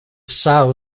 sao